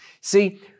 See